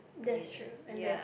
that's true exactly